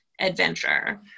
adventure